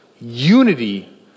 unity